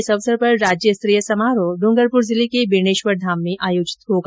इस अवसर पर राज्य स्तरीय समारोह ड्गरपुर जिले के बेणेश्वर धाम में आयोजित होगा